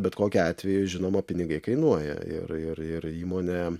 bet kokiu atveju žinoma pinigai kainuoja ir ir ir įmonė